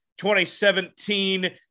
2017